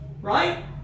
Right